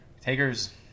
Taker's